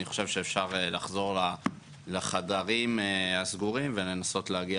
אני חושב שאפשר לחזור לחדרים הסגורים ולנסות להגיע